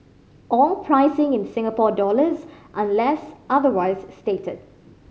all pricing in Singapore dollars unless otherwise stated